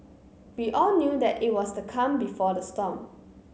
we all knew that it was the calm before the storm